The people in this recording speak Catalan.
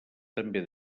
també